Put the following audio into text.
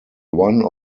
one